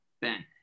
Ben